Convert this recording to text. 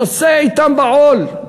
נושא אתם בעול.